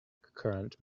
currant